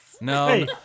No